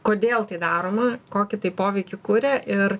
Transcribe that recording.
kodėl tai daroma kokį tai poveikį kuria ir